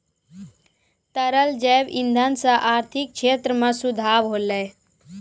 तरल जैव इंधन सँ आर्थिक क्षेत्र में सुधार होलै